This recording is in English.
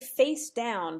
facedown